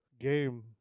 game